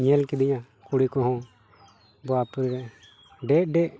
ᱧᱮᱞ ᱠᱤᱫᱤᱧᱟ ᱠᱩᱲᱤ ᱠᱚᱦᱚᱸ ᱨᱮ ᱰᱮᱡ ᱰᱮᱡ